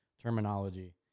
terminology